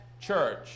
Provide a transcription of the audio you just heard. church